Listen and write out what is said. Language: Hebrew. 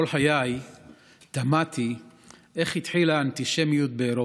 כל חיי תמהתי איך התחילה האנטישמיות באירופה.